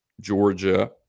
Georgia